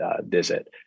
visit